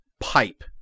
pipe